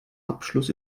abschluss